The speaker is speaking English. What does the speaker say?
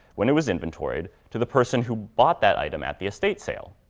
when it was inventoried to the person who bought that item at the estate sale.